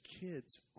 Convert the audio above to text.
kids